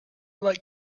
like